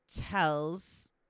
tells